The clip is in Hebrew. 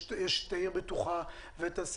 עיר בטוחה וכו',